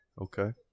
Okay